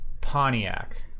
Pontiac